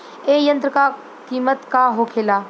ए यंत्र का कीमत का होखेला?